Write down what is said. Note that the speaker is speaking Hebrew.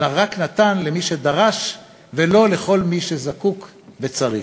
אלא רק נתן למי שדרש, ולא לכל מי שזקוק וצריך.